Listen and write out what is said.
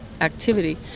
activity